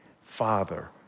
Father